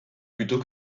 plutôt